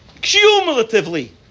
cumulatively